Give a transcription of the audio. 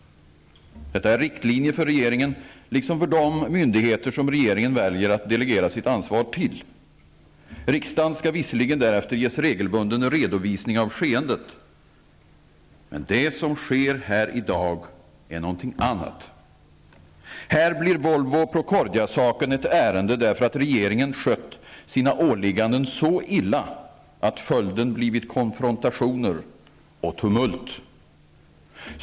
Detta är riktlinjer för regeringen, liksom för de myndigheter som regeringen väljer att delegera sitt ansvar till. Riksdagen skall visserligen därefter ges regelbunden redovisning av skeendet. Men det som sker här i dag är något annat. Här blir Volvo--Procordia-saken ett ärende därför att regeringen skött sina åligganden så illa att följden blivit konfrontationer och tumult.